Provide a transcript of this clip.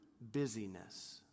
busyness